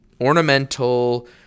ornamental